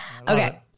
Okay